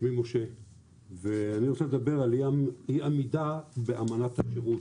שמי משה ואני רוצה לדבר על אי עמידה באמנת השירות,